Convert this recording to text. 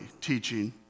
teaching